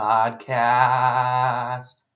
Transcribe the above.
Podcast